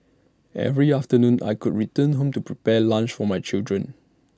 every afternoon I could return home to prepare lunch for my children